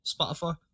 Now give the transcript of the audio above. Spotify